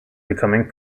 becoming